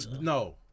No